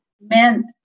meant